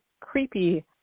creepy